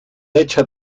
hecha